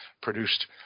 produced